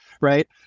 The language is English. right